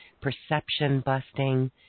perception-busting